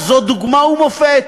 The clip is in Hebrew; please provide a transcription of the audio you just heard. זו דוגמה ומופת.